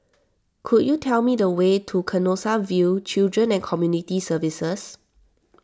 could you tell me the way to Canossaville Children and Community Services